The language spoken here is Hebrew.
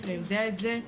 אתה יודע את זה,